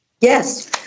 Yes